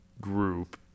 group